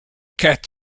cat